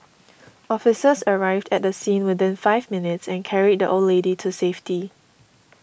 officers arrived at the scene within five minutes and carried the old lady to safety